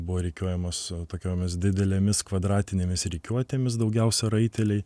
buvo rikiuojamos su tokiomis didelėmis kvadratinėmis rikiuotėmis daugiausia raiteliai